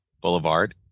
Boulevard